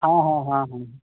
अऽ हाँ हाँ हाँ